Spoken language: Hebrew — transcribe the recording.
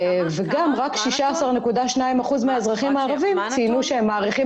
רק 16.2% מהאזרחים הערבים ציינו שהם מעריכים